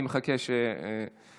אני מחכה שתעלי.